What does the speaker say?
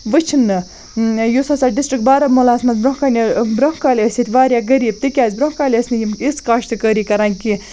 وٕچھنہٕ یُس ہَسا ڈِسٹِرٛک بارہموٗلاہَس منٛز بروںٛہہ کَنہِ برونٛہہ کالہِ ٲسۍ ییٚتہِ واریاہ غریٖب تِکیٛازِ بروںٛہہ کالہِ ٲسۍ نہٕ یِم یِژھ کاشتٕکٲری کَران کینٛہہ